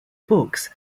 books